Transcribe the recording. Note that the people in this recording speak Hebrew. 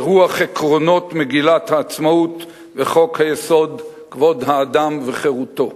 ברוח עקרונות מגילת העצמאות וחוק-יסוד: כבוד האדם וחירותו,